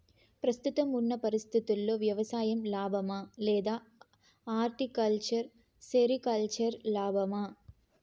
ప్రస్తుతం ఉన్న పరిస్థితుల్లో వ్యవసాయం లాభమా? లేదా హార్టికల్చర్, సెరికల్చర్ లాభమా?